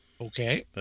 okay